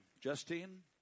Justine